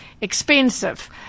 expensive